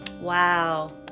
Wow